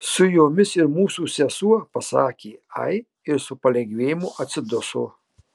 su jomis ir mūsų sesuo pasakė ai ir su palengvėjimu atsiduso